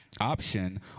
option